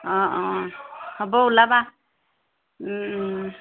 অ অ হ'ব ওলাবা